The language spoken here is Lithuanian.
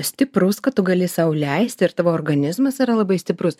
stiprus kad tu gali sau leist ir tavo organizmas yra labai stiprus